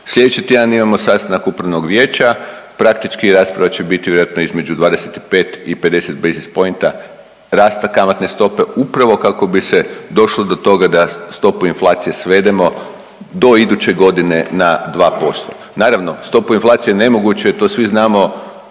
Sljedeći tjedan imamo sastanak upravnog vijeća, praktički rasprava će biti vjerojatno između 25 i 50 … pointa rasta kamatne stope upravo kako bi se došlo do toga da stopu inflacije svedemo do iduće godine na 2%. Naravno, stopu inflacije nemoguće je to svi znamo